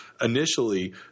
initially